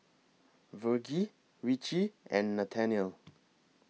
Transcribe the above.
Virgie Ricci and Nathanael